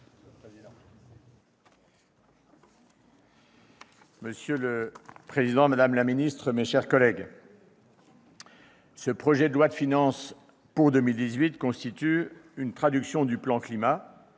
Monsieur le président, madame la ministre, mes chers collègues, le présent projet de loi de finances pour 2018 constitue une traduction du plan Climat,